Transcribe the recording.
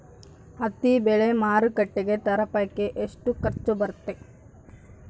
ಹತ್ತಿ ಬೆಳೆ ಮಾರುಕಟ್ಟೆಗೆ ತಲುಪಕೆ ಎಷ್ಟು ಖರ್ಚು ಬರುತ್ತೆ?